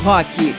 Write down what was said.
Rock